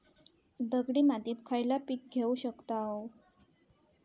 दगडी मातीत खयला पीक घेव शकताव?